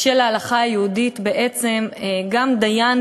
בשל ההלכה היהודית בעצם גם דיין